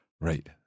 Right